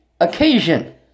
occasion